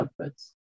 outputs